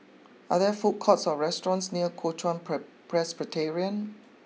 are there food courts or restaurants near Kuo Chuan Presbyterian